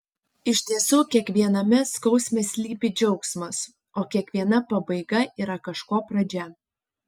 iš tiesų kiekviename skausme slypi džiaugsmas o kiekviena pabaiga yra kažko pradžia